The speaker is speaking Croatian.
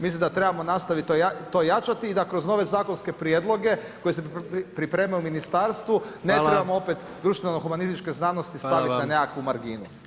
Mislim da trebamo nastaviti to jačati i da kroz nove zakonske prijedloge koji se pripremaju u ministarstvu ne trebamo opet društveno humanističke znanosti staviti na nekakvu marginu.